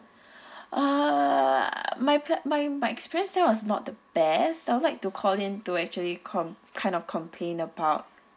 uh my my my experience there was not the best I would like to call in to actually com~ kind of complain about